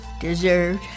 deserved